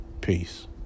Peace